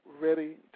ready